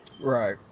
Right